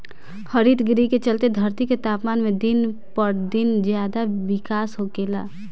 हरितगृह के चलते धरती के तापमान में दिन पर दिन ज्यादे बिकास होखेला